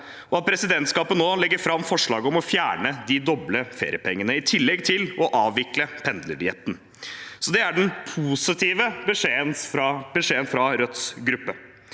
og at presidentskapet nå legger fram forslag om å fjerne de doble feriepengene, i tillegg til å avvikle pendlerdietten. Det er den positive beskjeden fra Rødts gruppe.